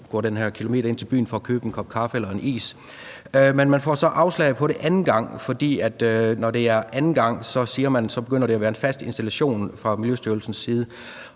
gå den her kilometer ind til byen for at købe en kop kaffe eller en is. Men man får så afslag på det anden gang, for når det er anden gang, siger man fra Miljøstyrelsens side,